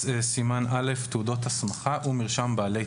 החלפת